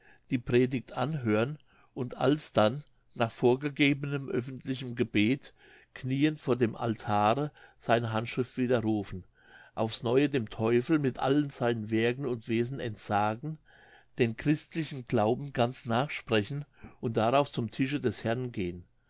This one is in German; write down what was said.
die predigt anhören und alsdann nach vorhergehendem öffentlichen gebet knieend vor dem altare seine handschrift widerrufen aufs neue dem teufel mit allen seinen werken und wesen entsagen den christlichen glauben ganz nachsprechen und darauf zum tische des herrn gehen